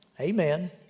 Amen